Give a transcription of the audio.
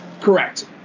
Correct